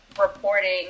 reporting